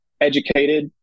educated